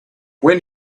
when